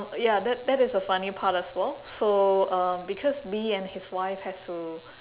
ya that that is a funny part as well so uh because B and his wife has to